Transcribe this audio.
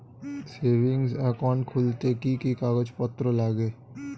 Savings account খুলতে কি কি কাগজপত্র লাগে?